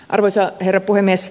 arvoisa herra puhemies